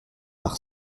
par